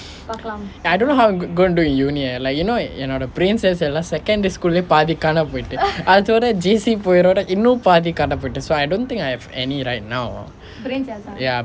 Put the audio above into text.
eh I don't know how I'm gonna do university leh like you know என்னோட:ennoda brain cells எல்லாம்:ellaam secondary school பாதி காணாம போயிட்டு அதோட:paathi kaanaam poittu athoda J_C போயிரோட இன்னும் பாதி காணாம போயிட்டு:poyiroda innum paathi kaanaam poyitu so I don't think I have any right now yeah